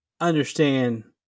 understand